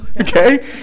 Okay